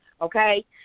okay